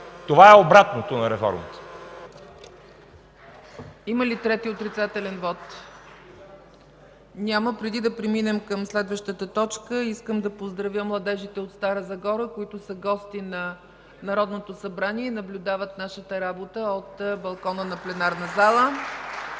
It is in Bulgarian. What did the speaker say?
това е обратното на реформа!